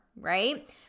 right